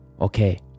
Okay